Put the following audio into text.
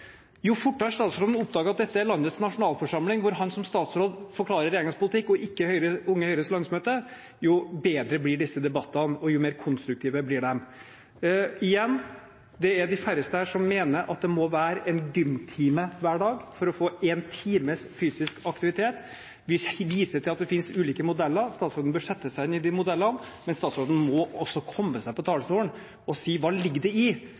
Jo fortere statsråden oppdager at dette er landets nasjonalforsamling, hvor han som statsråd forklarer regjeringens politikk, og ikke Unge Høyres landsmøte, jo bedre og mer konstruktive blir disse debattene. Igjen: De færreste her mener at det må være en gymtime hver dag for å få én times fysisk aktivitet. Vi viser til at det finnes ulike modeller. Statsråden bør sette seg inn i de modellene. Men statsråden må også komme seg på talerstolen og si hva som ligger i at regjeringen selv mener at det